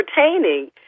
entertaining